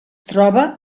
troba